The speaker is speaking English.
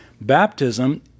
Baptism